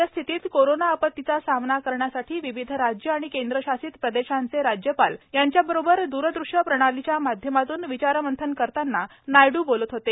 सदयस्थितीत corona आपतीचा सामना करण्यासाठी विविध राज्यं आणि केंद्रशासित प्रदेशांचे राज्यपाल यांच्याबरोबर दुरदृश्य प्रणालीच्या माध्यमातून विचारमंथन करताना नायडू बोलत होते